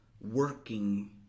working